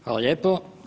Hvala lijepo.